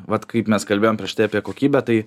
vat kaip mes kalbėjom prieš tai apie kokybę tai